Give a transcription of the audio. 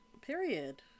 Period